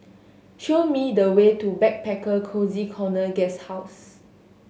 show me the way to Backpacker Cozy Corner Guesthouse